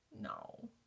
No